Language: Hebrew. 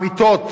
המיטות,